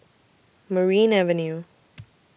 Merryn Avenue